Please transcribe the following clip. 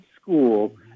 school